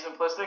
simplistic